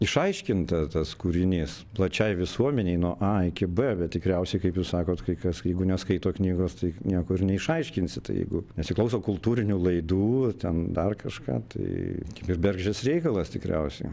išaiškinta tas kūrinys plačiai visuomenei nuo a iki b bet tikriausiai kaip jūs sakot kai kas knygų neskaito knygos tai nieko ir neišaiškinsi tai jeigu nesiklauso kultūrinių laidų ten dar kažką tai kaip ir bergždžias reikalas tikriausiai